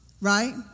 right